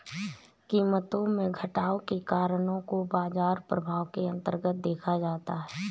कीमतों में घटाव के कारणों को बाजार प्रभाव के अन्तर्गत देखा जाता है